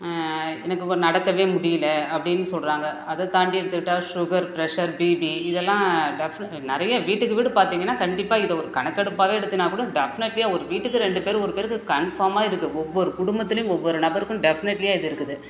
எனக்கு இப்போ நடக்கவே முடியல அப்படின்னு சொல்கிறாங்க அதை தாண்டி எடுத்துக்கிட்டால் ஷுகர் ப்ரெஷர் பிபி இதெல்லாம் டெஃப்ன நிறைய வீட்டுக்கு வீடு பார்த்தீங்கன்னா கண்டிப்பாக இதை ஒரு கணெக்கெடுப்பாகவே எடுத்தீன்னா கூடும் டெஃப்னெட்லியாக ஒரு வீட்டுக்கு ரெண்டு பேர் ஒரு பேருக்கு கன்ஃபார்மாக இதுக்கு ஒவ்வொரு குடும்பத்துலேயும் ஒவ்வொரு நபருக்கும் டெஃப்னெட்லியாக இது இருக்குது